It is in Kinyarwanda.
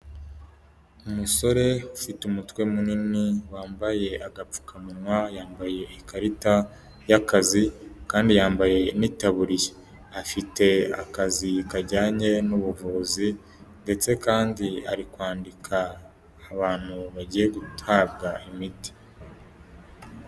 Umusore ufite umutwe munini wambaye agapfukamunwa, yambaye ikarita y'akazi, kandi yambaye itaburiya, n'ikarita y'akazi kajyanye n'ubuvuzi, ndetse kandi ari kwandika abantu bagiye guhabwa imiti.